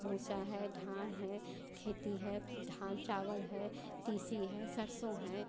भूंसा है धान है खेती है धान चावल है तीसी है सरसों है